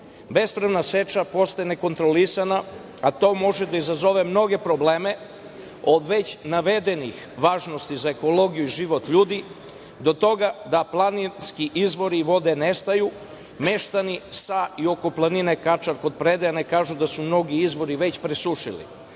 Bespravna seča postaje nekontrolisana, a to može da izazove mnoge probleme od već navedenih važnosti za ekologiju i život ljudi do toga da planinski izvori i vode nestaju, meštani sa i oko planine Kačar kod Predajena kažu da su mnogi izvori već presušili,